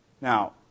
Now